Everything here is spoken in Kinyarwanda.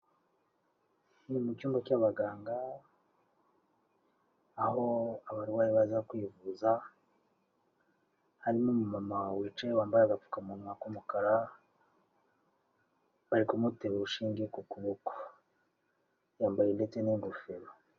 Ni mu cyumba cy'abaganga, aho abarwayi baza kwivuza, harimo umumama wicaye wambaye agapfukamunwa k'umukara, bari kumutera urushinge ku kuboko, yambaye ndetse n'ingofero.